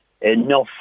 enough